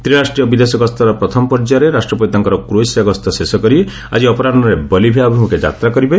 ତ୍ରିରାଷ୍ଟ୍ରୀୟ ବିଦେଶ ଗସ୍ତର ପ୍ରଥମ ପର୍ଯ୍ୟାୟରେ ରାଷ୍ଟ୍ରପତି ତାଙ୍କର କ୍ରୋଏସିଆ ଗସ୍ତ ଶେଷକରି ଆଜି ଅପରାହ୍ନରେ ବଲିଭିଆ ଅଭିମୁଖେ ଯାତ୍ରା କରିବେ